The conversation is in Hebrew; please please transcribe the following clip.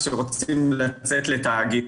כשרוצים לצאת לתאגידים,